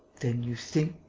then you think,